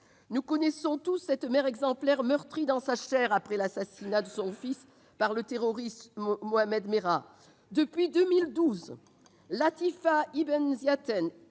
Nous connaissons tous cette mère exemplaire meurtrie dans sa chair après l'assassinat de son fils par le terroriste Mohammed Merah. Depuis 2012, Latifa Ibn Ziaten,